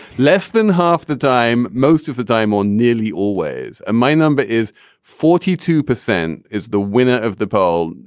less than half the time. most of the time or nearly always. my number is forty two percent. is the winner of the poll,